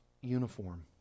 uniform